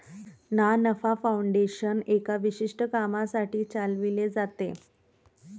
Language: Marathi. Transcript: ना नफा फाउंडेशन एका विशिष्ट कामासाठी चालविले जाते